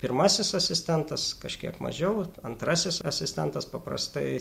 pirmasis asistentas kažkiek mažiau antrasis asistentas paprastai